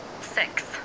Six